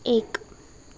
एक